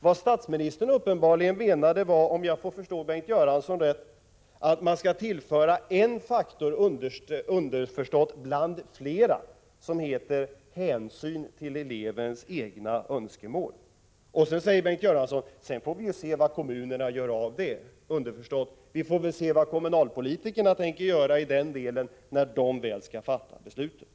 Vad statsministern menade var uppenbarligen — jag uppfattar Bengt Göranssons besked så — att man skulle tillföra en faktor — underförstått en bland flera —, nämligen hänsyn till elevens egna önskemål. Sedan får vi, säger Bengt Göransson, se vad kommunerna gör på den grunden. Underförstått: Vi får se vad kommunalpolitikerna tänker göra i den delen när de väl skall fatta besluten.